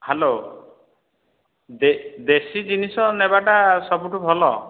hello ଦେ ଦେଶୀ ଜିନିଷ ଟା ନେବା ଟା ସବୁଠୁ ଭଲ